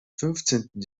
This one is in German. fünfzehnten